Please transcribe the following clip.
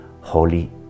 Holy